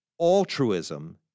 altruism